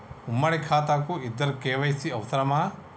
ఉమ్మడి ఖాతా కు ఇద్దరు కే.వై.సీ అవసరమా?